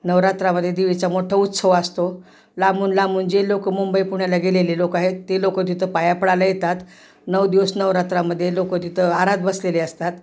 नवरात्रामध्ये देवीचा मोठं उत्सव असतो लांबून लांबून जे लोकं मुंबई पुण्याला गेलेले लोकं आहेत ते लोकं तिथं पाया पडायला येतात नऊ दिवस नवरात्रामध्ये लोकं तिथं दारात बसलेले असतात